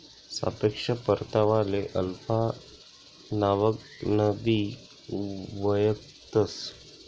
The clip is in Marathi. सापेक्ष परतावाले अल्फा नावकनबी वयखतंस